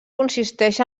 consisteix